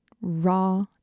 raw